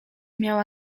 miała